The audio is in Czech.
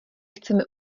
chceme